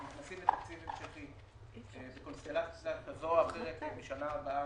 אנחנו נכנסים לתקציב המשכי בקונסטלציה כזאת או אחרת בשנה הבאה,